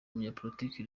umunyapolitiki